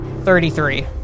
Thirty-three